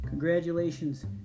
Congratulations